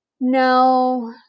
no